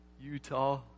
Utah